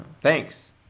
Thanks